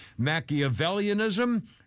Machiavellianism